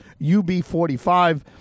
UB45